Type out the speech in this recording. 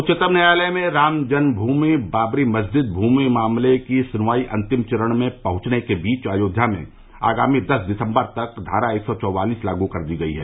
उच्चतम न्यायालय में राम जन्म भूमि बाबरी मस्जिद विवाद मामले की सुनवाई अन्तिम चरण में पहुंचने के बीच अयोध्या में आगामी दस दिसम्बर तक धारा एक सौ चौवालीस लागू कर दी गयी है